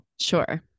sure